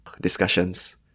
discussions